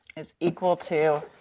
is equal to